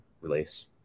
release